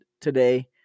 today